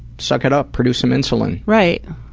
suck it up. produce some insulin. right.